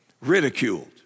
ridiculed